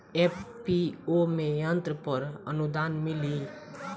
FPO में यंत्र पर आनुदान मिँली?